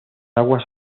aguas